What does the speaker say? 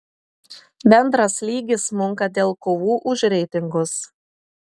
bendras lygis smunka dėl kovų už reitingus